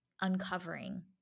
uncovering